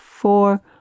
four